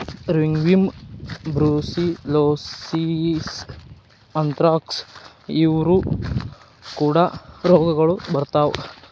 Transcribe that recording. ringworm, brucellosis, anthrax ಇವು ಕೂಡಾ ರೋಗಗಳು ಬರತಾ